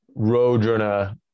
roadrunner